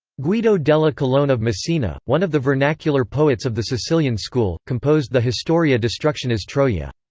guido delle colonne of messina, one of the vernacular poets of the sicilian school, composed the historia destructionis troiae.